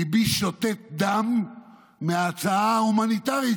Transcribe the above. ליבי שותת דם מההצעה ההומניטרית,